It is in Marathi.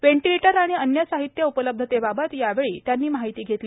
व्हॅटिलेटर व अन्य साहित्य उपलब्धतेबाबत यावेळी त्यांनी माहिती घेतली